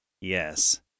Yes